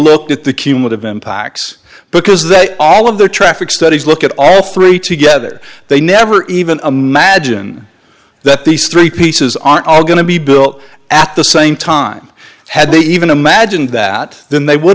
look at the cumulative impacts because they all of the traffic studies look at all three together they never even imagine that these three pieces are all going to be built at the same time had they even imagined that then they would